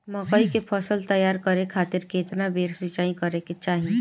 मकई के फसल तैयार करे खातीर केतना बेर सिचाई करे के चाही?